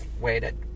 waited